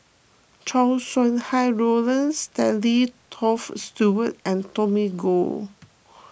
Chow Sau Hai Roland Stanley Toft Stewart and Tommy Koh